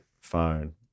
phone